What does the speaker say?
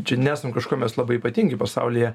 čia nesam kažkuo mes labai ypatingi pasaulyje